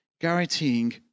guaranteeing